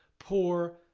poor,